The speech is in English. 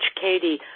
Katie